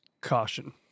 caution